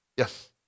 Yes